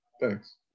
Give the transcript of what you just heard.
thanks